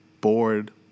bored